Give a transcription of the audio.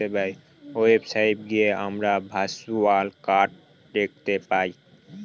website গিয়ে আমরা virtual card দেখতে পাই